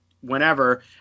whenever